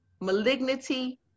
malignity